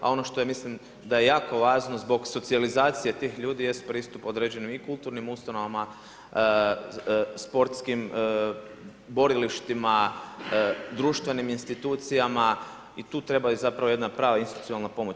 A ono što mislim da je jako važno zbog socijalizacije tih ljudi jest pristup određenim kulturnim ustanovama, sportskim borilištima, društvenim institucijama i tu treba jedna prava institucionalna pomoć.